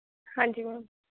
ਹਾਂਜੀ ਮੈਮ